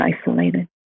isolated